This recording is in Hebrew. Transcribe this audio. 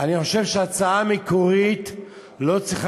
אני חושב שההצעה המקורית לא צריכה